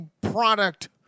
product